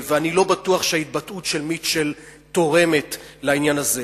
אני לא בטוח שההתבטאות של מיטשל תורמת לעניין הזה.